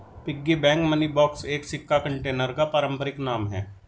piggy bank money box एक सिक्का container का पारंपरिक नाम है